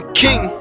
king